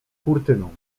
kurtyną